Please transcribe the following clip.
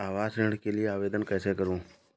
आवास ऋण के लिए आवेदन कैसे करुँ?